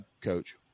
Coach